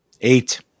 eight